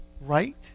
right